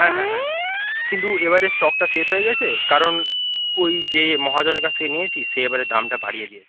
হ্যাঁ হ্যাঁ হ্যাঁ কিন্তু এ বার স্টকটা শেষ হয়ে গেছে কারণ ওই যে মহাজনের কাছ থেকে নিয়েছি সে এ বার দামটা বাড়িয়ে দিয়েছে